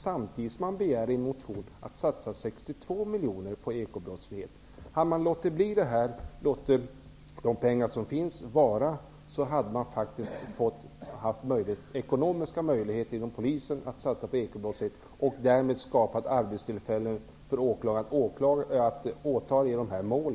Samtidigt begär man i en motion att det skall satsas 62 miljoner kronor på bekämpning av ekobrottsligheten. Hade man låtit bli de pengar som fanns, hade Polisen faktiskt haft ekonomiska möjligheter att ingripa mot ekobrottsligheten och därmed skapa underlag för åtal i dessa mål.